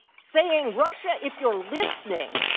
saying russia if you're listening,